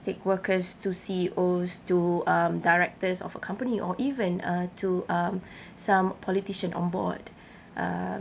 workers to C_E_Os to um directors of a company or even uh to um some politician on board um